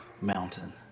mountain